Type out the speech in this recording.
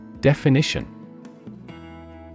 Definition